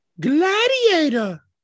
Gladiator